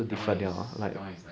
that one is that one is like